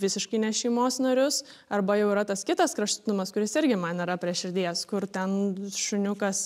visiškai ne šeimos narius arba jau yra tas kitas kraštutinumas kuris irgi man nėra prie širdies kur ten šuniukas